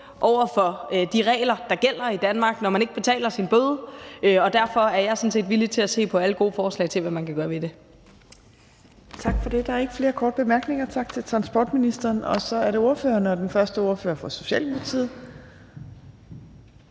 over for de regler, der gælder i Danmark, når man ikke betaler sin bøde, og derfor er jeg sådan set villig til at se på alle gode forslag til, hvad man kan gøre ved det.